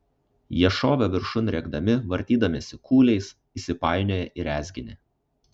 jie šovė viršun rėkdami vartydamiesi kūliais įsipainioję į rezginį